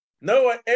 No